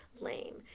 lame